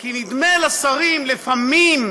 כי נדמה לשרים לפעמים,